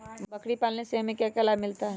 बकरी पालने से हमें क्या लाभ मिलता है?